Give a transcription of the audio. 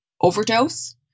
overdose